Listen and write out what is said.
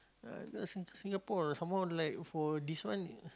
ah uh Sing~ Singapore some more like for this one